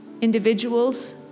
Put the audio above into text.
individuals